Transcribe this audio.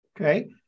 Okay